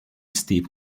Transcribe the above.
steep